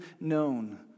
known